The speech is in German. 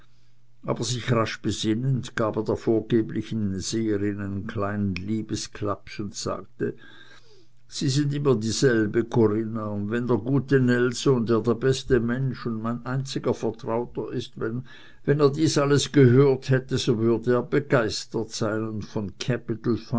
aber sich rasch besinnend gab er der vorgeblichen seherin einen kleinen liebesklaps und sagte sie sind immer dieselbe corinna und wenn der gute nelson der der beste mensch und mein einziger vertrauter ist wenn er dies alles gehört hätte so würd er begeistert sein und von